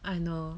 I know